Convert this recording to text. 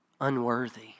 unworthy